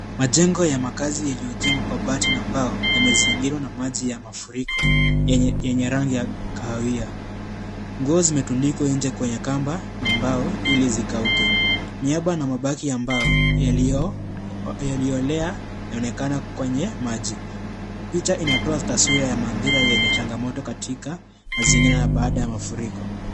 Majengo ya makaazi yaliyojengwa kwa bati na mbao yamezingirwa na maji ya mafuriko yenye rangi ya kahawia. Nguo zimetandikwa nje kwenye kamba na mbao ilizikauke miaba ya mabati na mbai yaliolea yaonekana kwenye maji , picha inatoa taswira ya mandhura yenye changamoto katika mazingira baada ya mafuriko.